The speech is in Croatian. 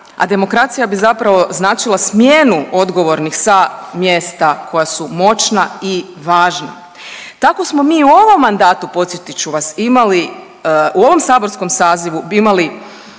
a demokracija bi zapravo značila smjenu odgovornih sa mjesta koja su moćna i važna. Tako smo mi imali u ovom saborskom sazivu imali